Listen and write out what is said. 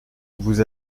vous